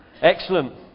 Excellent